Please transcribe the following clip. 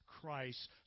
Christ